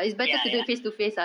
ya ya